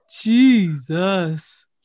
Jesus